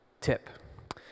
tip